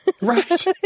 Right